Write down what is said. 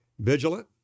Vigilant